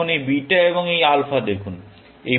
এখন এই বিটা এবং এই আলফা দেখুন